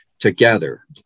together